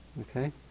Okay